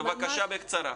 בבקשה, בקצרה.